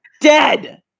dead